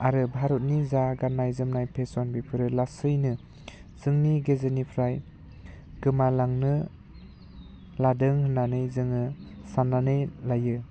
आरो भारतनि जा गाननाय जोमनाय फेशन बिफोरो लासैनो जोंनि गेजेरनिफ्राय गोमालांनो लादों होननानै जोङो साननानै लायो